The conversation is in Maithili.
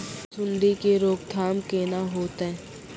सुंडी के रोकथाम केना होतै?